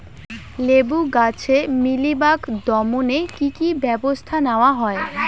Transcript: লেবু গাছে মিলিবাগ দমনে কী কী ব্যবস্থা নেওয়া হয়?